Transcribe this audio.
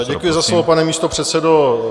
Děkuji za slovo, pane místopředsedo.